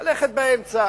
ללכת באמצע.